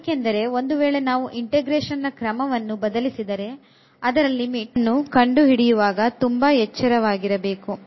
ಏಕೆಂದರೆ ಒಂದು ವೇಳೆ ನಾವು integration ನ ಕ್ರಮವನ್ನು ಬದಲಿಸಿದರೆ ಅದರ ಲಿಮಿಟ್ ಅನ್ನು ಕಂಡುಹಿಡಿಯುವಾಗ ತುಂಬಾ ಎಚ್ಚರವಾಗಿರಬೇಕು